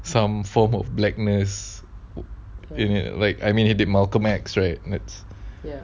some form of blackness in it like I mean he did malcolm X right that's